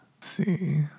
See